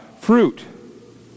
fruit